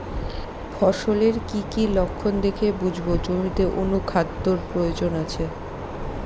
ফসলের কি কি লক্ষণ দেখে বুঝব জমিতে অনুখাদ্যের প্রয়োজন আছে?